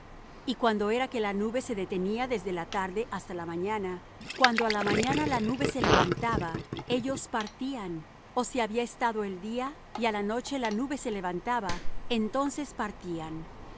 y cuando era que la nube se detenía desde la tarde hasta la mañana cuando á la mañana la nube se levantaba ellos partían ó si había estado el día y á la noche la nube se levantaba entonces partían